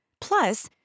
Plus